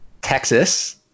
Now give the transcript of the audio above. Texas